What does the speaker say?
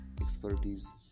expertise